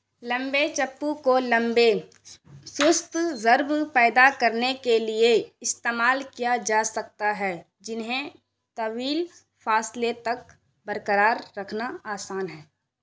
لمبے چپو کو لمبے سست ضرب پیدا کرنے کے لئے استعمال کیا جا سکتا ہے جنہیں طویل فاصلے تک برقرار رکھنا آسان ہیں